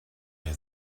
hier